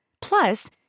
Plus